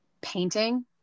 painting